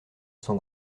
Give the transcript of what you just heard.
son